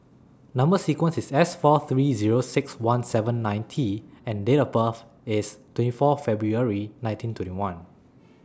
Number sequence IS S four three Zero six one seven nine T and Date of birth IS twenty four February nineteen twenty one